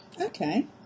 okay